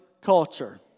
culture